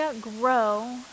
grow